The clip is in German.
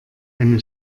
eine